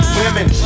women